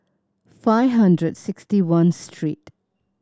five hundred sixty one street